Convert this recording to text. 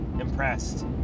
impressed